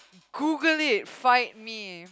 Google it fight me